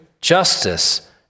justice